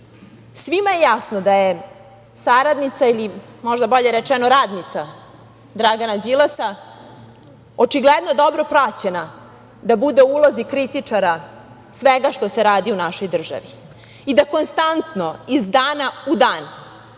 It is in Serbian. jasno da je saradnica ili možda bolje rečeno radnica, Dragana Đilasa, očigledno dobro plaćena da bude u ulozi kritičara svega što se radi u našoj državi. I da konstantno, iz dana u dan,